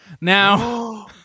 Now